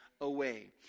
away